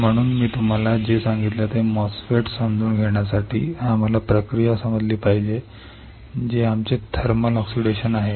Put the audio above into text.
म्हणून मी तुम्हाला जे सांगितले ते MOSFET समजून घेण्यासाठी आम्हाला प्रक्रिया समजली पाहिजे जे आमचे थर्मल ऑक्सिडेशन आहे